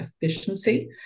efficiency